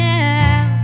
now